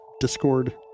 Discord